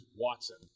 Watson